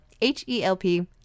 H-E-L-P